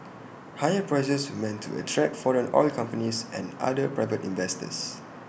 higher prices were meant to attract foreign oil companies and other private investors